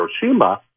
Hiroshima